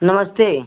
नमस्ते